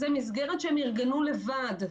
הנהלים האלה ברורים ואין שום בעיה כזאת.